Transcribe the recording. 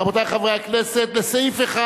רבותי חברי הכנסת, לסעיף 1